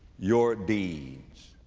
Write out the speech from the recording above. your deeds,